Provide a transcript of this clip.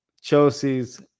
Chelsea's